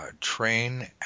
train